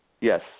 yes